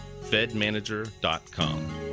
fedmanager.com